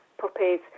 puppies